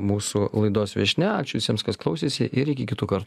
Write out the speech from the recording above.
mūsų laidos viešnia ačiū visiems kas klausėsi ir iki kitų kartų